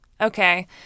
okay